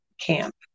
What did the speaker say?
camp